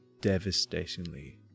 devastatingly